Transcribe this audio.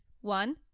one